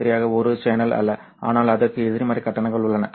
சரியாக ஒரு சேனல் அல்ல ஆனால் அதற்கு எதிர்மறை கட்டணங்கள் உள்ளன